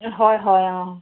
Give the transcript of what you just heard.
হয় হয় অ